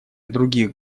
других